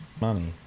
Money